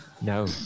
No